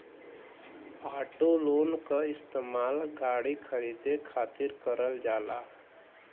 auto loan क इस्तेमाल गाड़ी खरीदे खातिर करल जाला